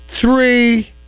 three